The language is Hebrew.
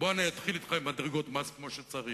ובזה מפסיקים.